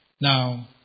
now